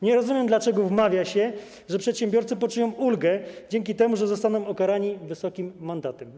Nie rozumiem, dlaczego wmawia się, że przedsiębiorcy poczują ulgę dzięki temu, że zostaną ukarani wysokim mandatem.